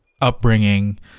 upbringing